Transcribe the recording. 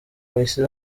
bahise